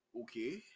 okay